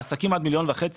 בעסקים עד 1.5 מיליון שקל,